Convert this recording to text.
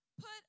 Put